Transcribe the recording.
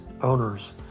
owners